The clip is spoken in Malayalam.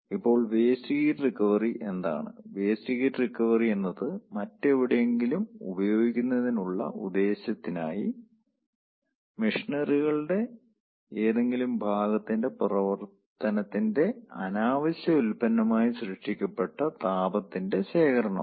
ഇപ്പോൾ വേസ്റ്റ് ഹീറ്റ് റിക്കവറി എന്താണ് വേസ്റ്റ് ഹീറ്റ് റിക്കവറി എന്നത് മറ്റെവിടെയെങ്കിലും ഉപയോഗിക്കുന്നതിനുള്ള ഉദ്ദേശ്യത്തിനായി മെഷിനറികളുടെ ഏതെങ്കിലും ഭാഗത്തിൻ്റെ പ്രവർത്തനത്തിന്റെ അനാവശ്യ ഉൽപ്പന്നമായി സൃഷ്ടിക്കപ്പെട്ട താപത്തിന്റെ ശേഖരമാണ്